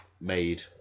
made